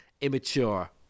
immature